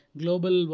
global